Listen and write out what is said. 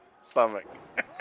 stomach